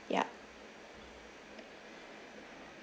ya